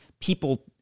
people